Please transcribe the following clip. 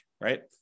right